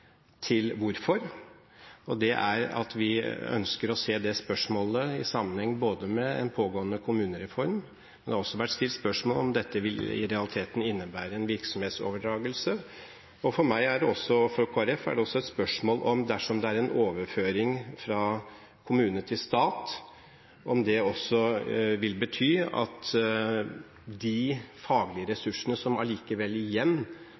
til hvorfor: Vi ønsker å se spørsmålet i sammenheng med en pågående kommunereform, og det har også vært stilt spørsmål om dette i realiteten vil innebære en virksomhetsoverdragelse. For Kristelig Folkeparti er det også et spørsmål om en overføring fra kommune til stat også vil bety at de faglige ressursene som allikevel